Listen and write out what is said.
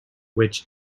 which